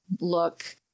look